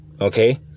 Okay